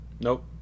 Nope